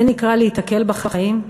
זה נקרא להיתקל בחיים?